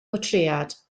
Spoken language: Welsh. bortread